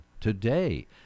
today